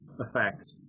effect